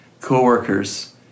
co-workers